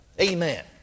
Amen